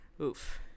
Oof